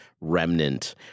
remnant